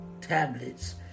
tablets